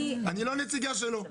אני לא הנציגה שלו,